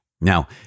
Now